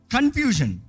Confusion